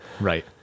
Right